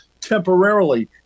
temporarily